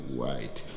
white